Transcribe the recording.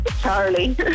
Charlie